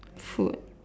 food